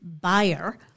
buyer –